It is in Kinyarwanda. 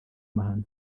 mahano